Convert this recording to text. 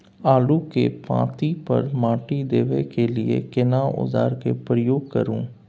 आलू के पाँति पर माटी देबै के लिए केना औजार के प्रयोग करू?